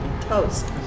toast